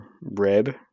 rib